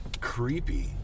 creepy